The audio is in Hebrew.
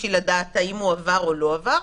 בשביל לדעת האם הוא עבר או לא עבר,